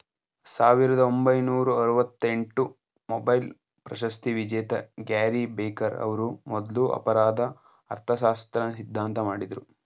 ಸಾವಿರದ ಒಂಬೈನೂರ ಆರವತ್ತಎಂಟು ಮೊಬೈಲ್ ಪ್ರಶಸ್ತಿವಿಜೇತ ಗ್ಯಾರಿ ಬೆಕರ್ ಅವ್ರು ಮೊದ್ಲು ಅಪರಾಧ ಅರ್ಥಶಾಸ್ತ್ರ ಸಿದ್ಧಾಂತ ಮಾಡಿದ್ರು